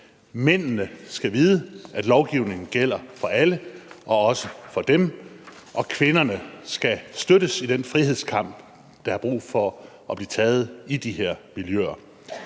Mændene skal vide, at lovgivningen gælder for alle og også for dem, og kvinderne skal støttes i den frihedskamp, der er brug for at blive taget i de her miljøer.